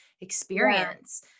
experience